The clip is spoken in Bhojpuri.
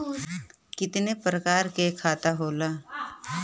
कितना प्रकार के खाता होला?